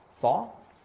fall